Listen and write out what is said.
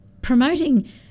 promoting